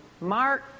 Mark